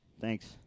Thanks